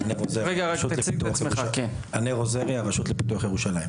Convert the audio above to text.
אני ענר עוזרי מהרשות לפיתוח ירושלים.